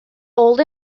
old